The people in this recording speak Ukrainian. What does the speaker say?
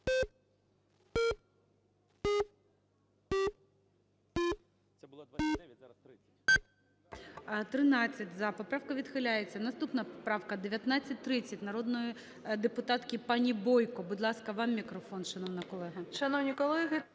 За-13 Поправка відхиляється. Наступна поправка 1930 народної депутатки пані Бойко. Будь ласка, вам мікрофон, шановна колего.